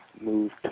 moved